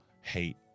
hate